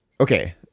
okay